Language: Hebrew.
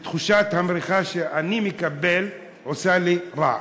ותחושת המריחה שאני מקבל עושה לי רע.